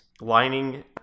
lining